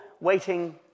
waiting